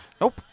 Nope